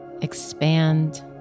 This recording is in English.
expand